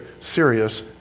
serious